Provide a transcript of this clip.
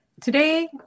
today